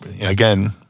again